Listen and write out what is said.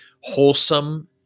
wholesome